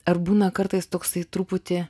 ar būna kartais toksai truputį